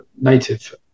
native